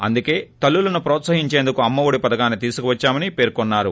అందుకే తల్లులను హ్రోత్సహించేందుకు అమ్మ ఒడి పథకాన్ని తీసుకోస్తున్నా మని పేర్కొన్నారు